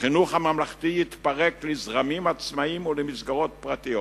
והחינוך הממלכתי יתפרק לזרמים עצמאיים ולמסגרות פרטיות.